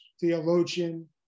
theologian